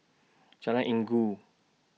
Jalan Inggu